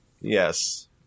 Yes